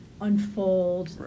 unfold